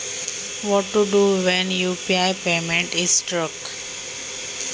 UPI payment अडकल्यावर काय करतात?